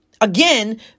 Again